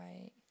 Right